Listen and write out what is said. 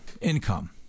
income